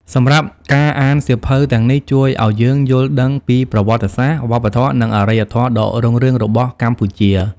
សម្រាប់ការអានសៀវភៅទាំងនេះជួយឲ្យយើងយល់ដឹងពី ប្រវត្តិសាស្ត្រ វប្បធម៌ និងអរិយធម៌ដ៏រុងរឿងរបស់កម្ពុជា។